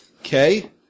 okay